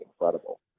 Incredible